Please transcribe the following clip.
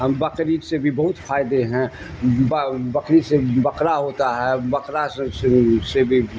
بکری سے بھی بہت فائدے ہیں بکری سے بکرا ہوتا ہے بکرا سے بھی